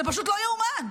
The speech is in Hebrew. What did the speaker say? זה פשוט לא ייאמן.